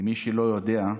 למי שלא יודע,